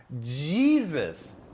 Jesus